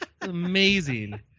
amazing